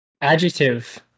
Adjective